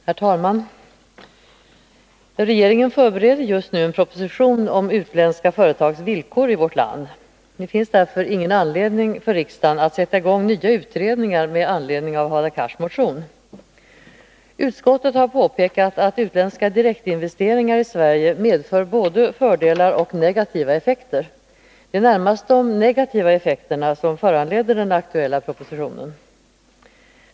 Herr talman! Regeringen förbereder just nu en proposition om utländska företags villkor i vårt land. Det finns därför ingen anledning för riksdagen att sätta i gång nya utredningar med anledning av Hadar Cars motion. Utskottet har påpekat att utländska direktinvesteringar i Sverige medför både fördelar och negativa effekter. Det är närmast de negativa effekterna som föranleder den aktuella propositionen.